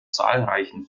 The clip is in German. zahlreichen